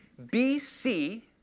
bc,